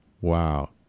wow